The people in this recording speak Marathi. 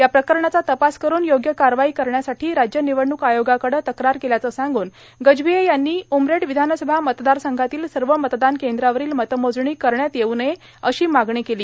या प्रकरणाचा तपास करून योग्य कारवाई करण्यासाठी राज्य निवडणूक आयोगाकडं तक्रार केल्याचं सांगून गजभिये यांनी उमरेड विधानसभा मतदारसंघातील सर्व मतदान केंद्रावरील मतमोजणी करण्यात येऊ नये अशी मागणीयावेळी केली